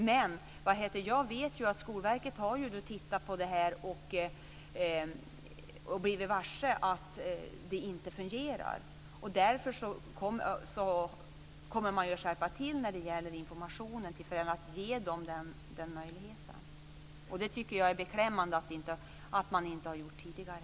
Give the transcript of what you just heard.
Men jag vet ju att Skolverket har tittat närmare på detta och blivit varse att det inte fungerar. Därför kommer man att se till att det blir en skärpning när det gäller informationen till föräldrarna om den möjligheten. Det tycker jag är beklämmande att man inte har gjort tidigare.